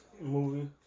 movie